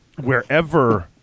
wherever